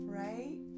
right